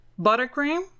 buttercream